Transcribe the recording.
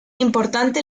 importante